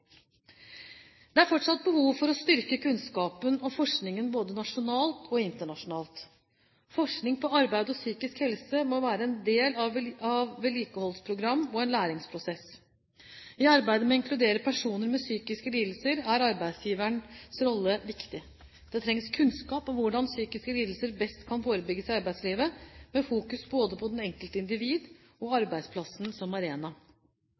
Det er fortsatt behov for å styrke kunnskapen og forskningen både nasjonalt og internasjonalt. Forskning på arbeid og psykisk helse må være en del av et vedlikeholdsprogram og en læringsprosess. I arbeidet med å inkludere personer med psykiske lidelser er arbeidsgivernes rolle viktig. Det trengs kunnskap om hvordan psykiske lidelser best kan forebygges i arbeidslivet ved å fokusere både på det enkelte individ og arbeidsplassen som arena.